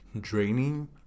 draining